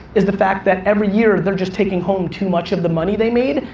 is the fact that every year they're just taking home too much of the money they made,